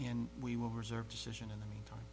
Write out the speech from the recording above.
and we will reserve decision in the meantime